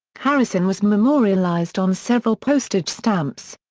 harrison was memorialized on several postage stamps.